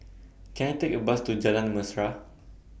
Can I Take A Bus to Jalan Mesra